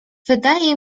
wydaje